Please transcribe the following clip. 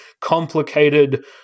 complicated